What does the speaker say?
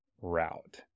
route